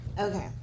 Okay